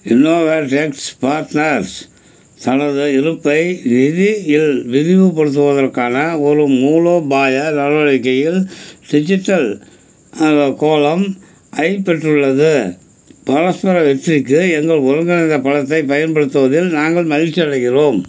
innovate X partners தனது இருப்பை நிதியில் விரிவுபடுத்துவதற்கான ஒரு மூலோபாய நடவடிக்கையில் டிஜிட்டல் கோளம் ஐப் பெற்றுள்ளது பரஸ்பர வெற்றிக்கு எங்கள் ஒருங்கிணைந்த பலத்தைப் பயன்படுத்துவதில் நாங்கள் மகிழ்ச்சியடைகிறோம்